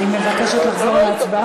תחזרי בבקשה על ההצבעה.